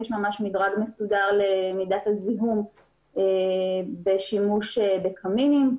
יש ממש מדרג מסודר למידת הזיהום בשימוש בקמינים.